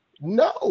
No